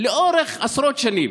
לאורך עשרות שנים.